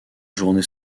journée